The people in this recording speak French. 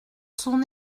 son